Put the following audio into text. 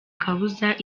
kabuza